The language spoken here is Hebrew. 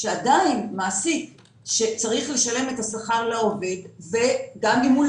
שעדיין מעסיק צריך לשלם שכר לעובד גם אם הוא